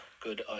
good